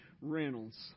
Reynolds